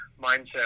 mindset